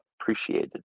appreciated